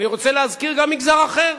ואני רוצה להזכיר גם מגזר אחר,